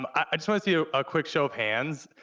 um i just wanna see a quick show of hands,